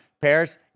Paris